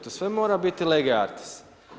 To sve mora biti Lege artis.